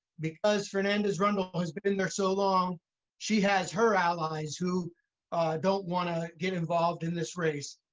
because fernandez rundle has but been there so long she has her allies who don't wanna get involved in this race,